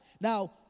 Now